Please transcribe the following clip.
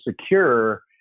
secure